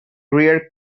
rare